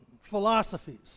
philosophies